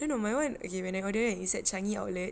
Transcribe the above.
no no my [one] when I order kan it's at changi outlet